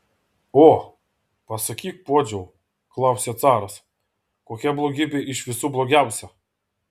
o pasakyk puodžiau klausia caras kokia blogybė iš visų blogiausia